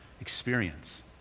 experience